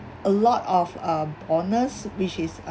a lot of uh owners which is